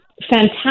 fantastic